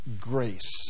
grace